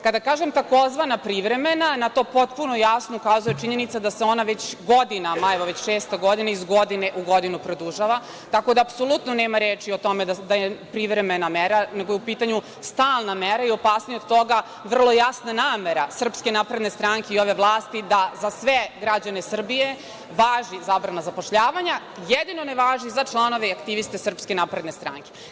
Kada kažem tzv. „privremena“, to potpuno jasno ukazuje činjenica da se ona već godinama, evo šesta godina, iz godine u godinu produžava, tako da apsolutno nema reči o tome da je privremena mera, nego je u pitanju stalna mera i opasnije od toga vrlo jasna namera SNS i ove vlasti da za sve građane Srbije važi zabrana zapošljavanja, jedino ne važi za članove i aktiviste SNS.